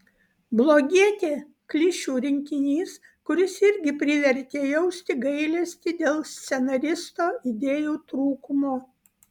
blogietė klišių rinkinys kuris irgi privertė jausti gailesti dėl scenaristo idėjų trūkumo